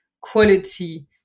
quality